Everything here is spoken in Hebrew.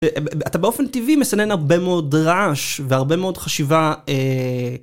אתה באופן טבעי מסנן הרבה מאוד רעש והרבה מאוד חשיבה